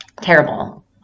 terrible